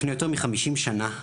לפני יותר מחמישים שנה,